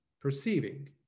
perceiving